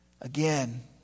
again